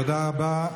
תודה רבה.